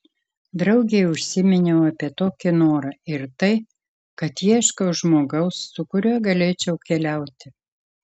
draugei užsiminiau apie tokį norą ir tai kad ieškau žmogaus su kuriuo galėčiau keliauti